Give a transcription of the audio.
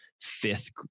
fifth